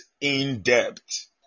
in-depth